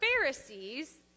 Pharisees